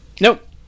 Nope